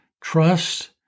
trust